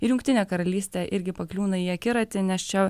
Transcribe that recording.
ir jungtinė karalystė irgi pakliūna į akiratį nes čia